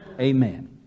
amen